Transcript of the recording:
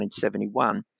1971